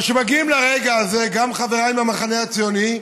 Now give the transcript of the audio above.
אבל כשמגיעים לרגע הזה, גם חבריי מהמחנה הציוני,